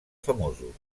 famosos